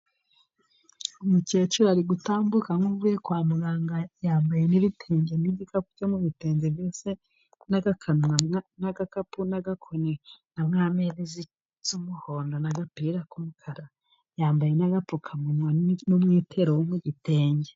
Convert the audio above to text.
Umukecuru ari gutambuka nk'uvuye kwa muganga. Yambaye n'ibitenge n'igikapu byose mu bitenge byose n'aga... n'agakapu n'agakoni na mwamini z'umuhondo. N'agapira k'umukara ,yambaye nk'agapfukamunwa n'umwitero wo mu gitenge.